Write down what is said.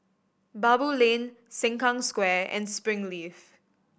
Baboo Lane Sengkang Square and Springleaf